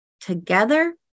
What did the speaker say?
together